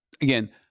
again